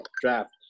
draft